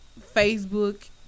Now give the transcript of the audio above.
Facebook